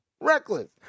reckless